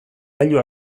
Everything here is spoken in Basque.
gailu